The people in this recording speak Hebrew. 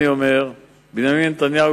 בנימין נתניהו,